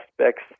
aspects